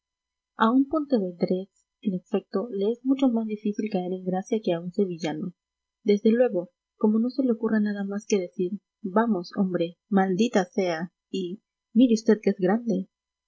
a un pontevedrés en efecto le es mucho más difícil caer en gracia que a un sevillano desde luego como no se le ocurra nada más que decir vamos hombre maldita sea y mire usted que es grande